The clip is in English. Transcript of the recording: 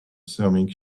ceramic